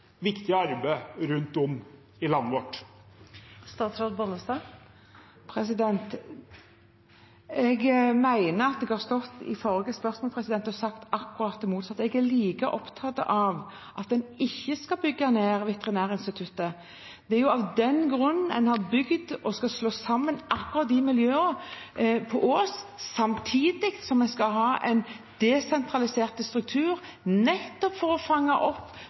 arbeid rundt om i landet vårt? Jeg mener at jeg til forrige spørsmål sto og sa akkurat det motsatte. Jeg er like opptatt av at en ikke skal bygge ned Veterinærinstituttet. Det er jo av den grunn en har bygd og skal slå sammen akkurat de miljøene på Ås, samtidig som vi skal ha en desentralisert struktur, nettopp for å fange opp